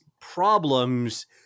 problems